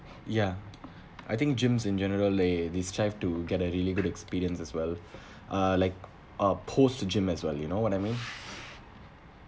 ya I think gyms in generally they they strive to get a really good experience as well uh like uh post to gym as well you know what I mean